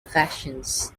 affections